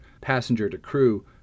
passenger-to-crew